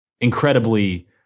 incredibly